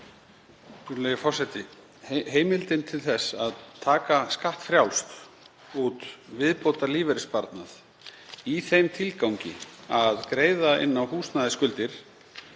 Virðulegi forseti. Heimildin til þess að taka skattfrjálst út viðbótarlífeyrissparnað, í þeim tilgangi að greiða inn á húsnæðisskuldir,